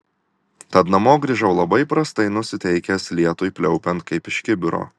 tad namo grįžau labai prastai nusiteikęs lietui pliaupiant kaip iš kibiro